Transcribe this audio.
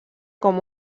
com